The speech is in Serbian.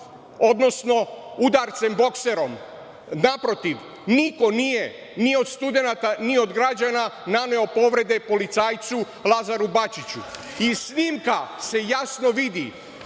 odnosno udarcem bokserom. Naprotiv, niko nije ni od studenata, ni od građana naneo povrede policajcu Lazaru Bačiću. Iz snimka se jasno vidi